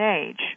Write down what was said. age